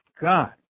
God